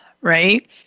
right